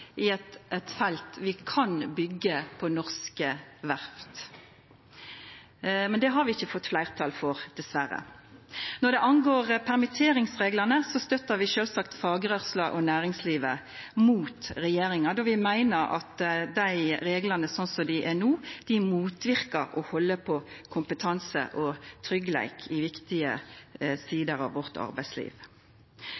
i eit felt som vi kan byggja på norske verft. Men det har vi ikkje fått fleirtal for, dessverre. Når det gjeld permitteringsreglane, støttar vi sjølvsagt fagrørsla og næringslivet mot regjeringa, då vi meiner at dei reglane slik dei er no, motverkar det å halda på kompetanse og tryggleik i viktige